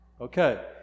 Okay